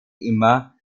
immer